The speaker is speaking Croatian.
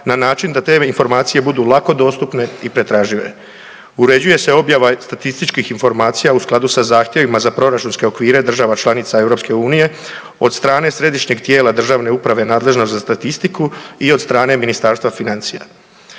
na način da te informacije budu lako dostupne i pretražive. Uređuje se objava statističkih informacija u skladu sa zahtjevima za proračunske okvire država članica EU, od strane središnjeg tijela državne uprave nadležne za statistiku i od strane Ministarstva financija.